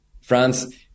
France